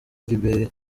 liberia